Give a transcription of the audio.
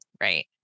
right